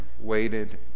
waited